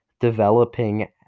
developing